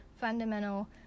fundamental